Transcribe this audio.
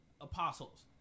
apostles